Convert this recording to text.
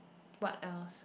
what else